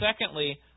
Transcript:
secondly